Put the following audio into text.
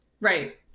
right